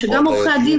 שגם עורכי הדין,